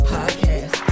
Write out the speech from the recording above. Podcast